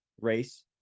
race